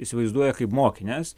įsivaizduoja kaip mokines